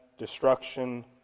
destruction